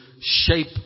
shape